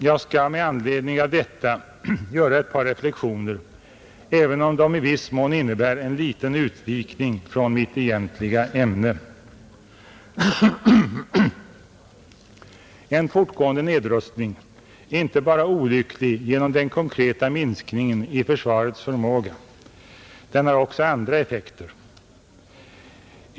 Jag skall med anledning av detta göra ett par reflexioner, även om de i viss mån innebär en liten utvikning från mitt egentliga ämne. En fortgående nedrustning är inte bara olycklig genom den konkreta minskningen i försvarets förmåga — den har också andra effekter.